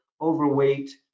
overweight